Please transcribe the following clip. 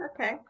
Okay